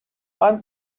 one